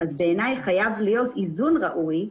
אז יש לשאוף לאיזון ראוי.